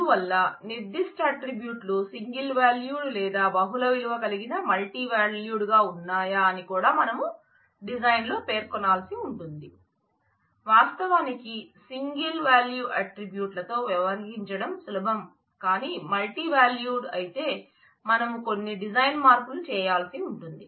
అందువల్ల నిర్ధిష్ట అట్ట్రిబ్యూట్ లు సింగిల్ వాల్యూడ్ లేదా బహుళ విలువ కలిగిన మల్టీ వాల్యూడ్ గా ఉన్నాయా అని కూడా మనం డిజైన్ లో పేర్కొనాల్సి ఉంటుంది వాస్తవానికి సింగిల్ వాల్యూ అట్ట్రిబ్యూట్లు తో వ్యవహరించడం సులభం కానీ మల్టీ వాల్యూ అయితే మనం కొన్ని డిజైన్ మార్పులు చేయాల్సి ఉంటుంది